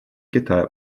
китая